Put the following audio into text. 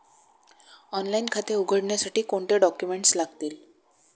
Online खाते उघडण्यासाठी कोणते डॉक्युमेंट्स लागतील?